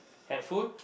helpful